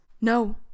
No